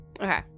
Okay